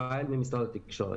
ואיל ממשרד התקשורת.